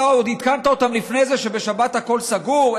אתה עוד עדכנת אותם לפני זה שבשבת הכול סגור,